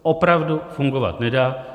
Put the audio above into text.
Opravdu fungovat nedá.